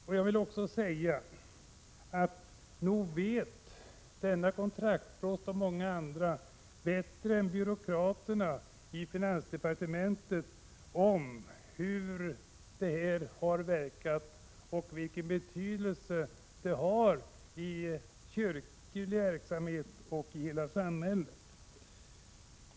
Och nog vet denne kontraktsprost och många andra bättre än byråkraterna i finansdepartementet hur det här systemet har verkat och vilken betydelse det har i den kyrkliga verksamheten och i hela samhället.